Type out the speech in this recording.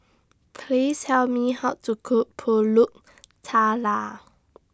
Please Tell Me How to Cook Pulut Tatal